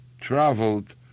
traveled